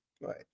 Right